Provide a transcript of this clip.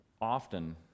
often